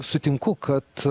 sutinku kad